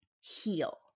heal